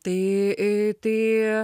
tai ė tai